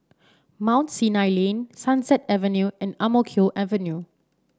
Mount Sinai Lane Sunset Avenue and Ang Mo Kio Avenue